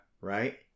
Right